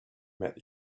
met